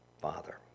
Father